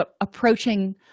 approaching